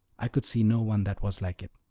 i could see no one that was like it.